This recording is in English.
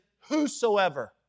Whosoever